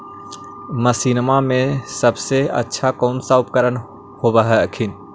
मसिनमा मे सबसे अच्छा कौन सा उपकरण कौन होब हखिन?